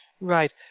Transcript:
Right